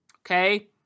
Okay